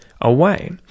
away